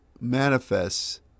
manifests